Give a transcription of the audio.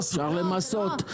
הסדר בלעדיות אחד, אפשר לפעול נגדו.